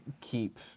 keep –